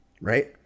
Right